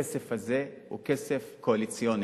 הכסף הזה הוא כסף קואליציוני.